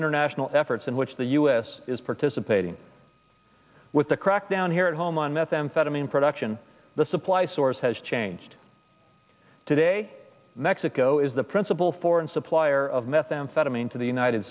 international efforts in which the u s is participating with the crackdown at home on methamphetamine production the supply source has changed today mexico is the principal foreign supplier of methamphetamine to the united